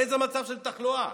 באיזה מצב של תחלואה?